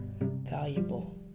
valuable